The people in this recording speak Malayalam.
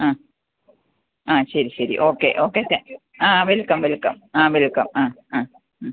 ആ ആ ശരി ശരി ഓക്കെ ഓക്കെ ക്കെ ആ വെൽക്കം വെൽക്കം ആ വെൽക്കം ആ ആ മ്മ്